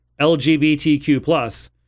LGBTQ+